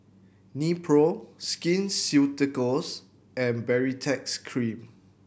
Nepro Skin Ceuticals and Baritex Cream